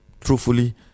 truthfully